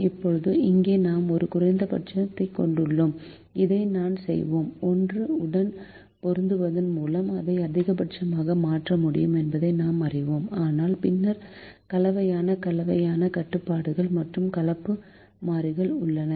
இப்போது இங்கே நாம் ஒரு குறைப்பைக் கொண்டுள்ளோம் இதை நாம் செய்வோம் 1 உடன் பெருக்குவதன் மூலம் இதை அதிகபட்சமாக மாற்ற முடியும் என்பதை நாம் அறிவோம் ஆனால் பின்னர் கலவையான கலவையான கட்டுப்பாடுகள் மற்றும் கலப்பு மாறிகள் உள்ளன